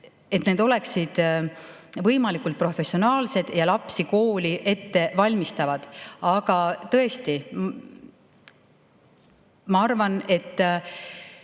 ja need oleksid võimalikult professionaalsed ja lapsi kooli jaoks ettevalmistavad. Aga tõesti, ma arvan, et